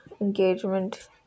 engagement